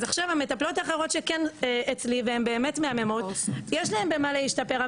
אז עכשיו המטפלות האחרות שכן אצלי והן באמת מהממות יש להן במה להשתפר,